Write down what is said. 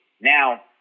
Now